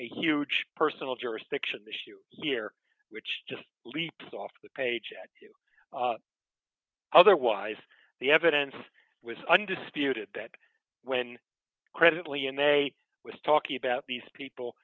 a huge personal jurisdiction issue here which just leaps off the page at you otherwise the evidence was undisputed that when credibly and they was talking about these people